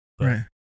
Right